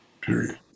period